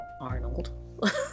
Arnold